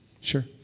Sure